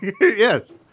Yes